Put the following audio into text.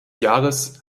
jahres